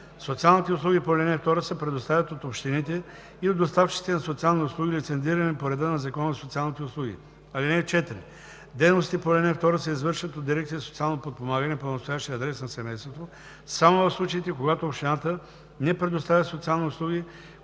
Социалните услуги по ал. 2 се предоставят от общините и от доставчиците на социални услуги, лицензирани по реда на Закона за социалните услуги. (4) Дейностите по ал. 2 се извършват от дирекция „Социално подпомагане“ по настоящия адрес на семейството само в случаите, когато общината не предоставя социални услуги,